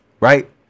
right